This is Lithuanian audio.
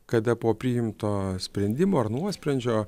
kada po priimto sprendimo ar nuosprendžio